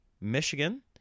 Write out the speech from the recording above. Michigan